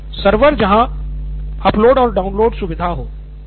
सिद्धार्थ मटूरी सर्वर हाँ जहाँ अपलोड और डाउनलोड सुविधा हो